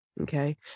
Okay